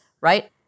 right